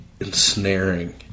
ensnaring